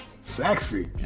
Sexy